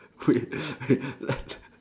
wait